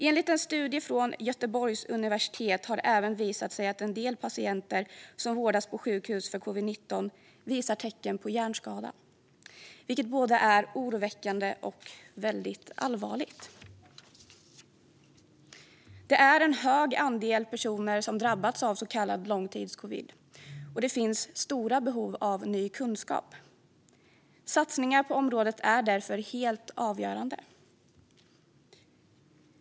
Enligt en studie från Göteborgs universitet har det även visat sig att en del patienter som vårdas på sjukhus för covid-19 visar tecken på hjärnskada, vilket är både oroväckande och väldigt allvarligt. Det är en stor andel personer som har drabbats av så kallad långtidscovid, och det finns stora behov av ny kunskap. Satsningar på området är därför helt avgörande.